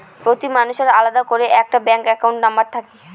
প্রতি মানুষের আলাদা করে একটা ব্যাঙ্ক একাউন্ট নম্বর থাকে